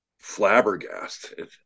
flabbergasted